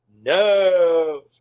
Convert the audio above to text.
No